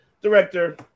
Director